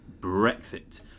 Brexit